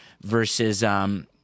versus